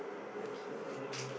I care